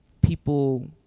people